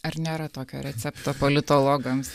ar nėra tokio recepto politologams